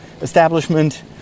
establishment